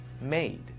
made